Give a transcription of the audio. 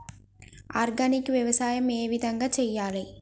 Organic వ్యవసాయం ఏ విధంగా చేయాలి?